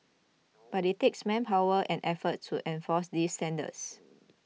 but it takes manpower and effort to enforce these standards